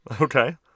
Okay